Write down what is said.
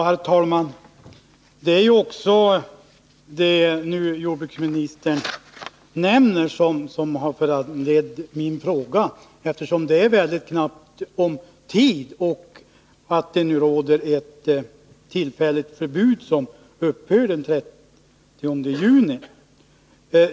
Herr talman! Det är bl.a. det som jordbruksministern nu nämner som har föranlett min fråga — det är väldigt knappt om tid. Det råder nu ett tillfälligt förbud som upphör den 30 juni.